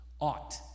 Ought